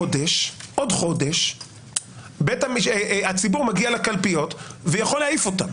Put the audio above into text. חודש הציבור מגיע לקלפיות ויכול להעיף אותה.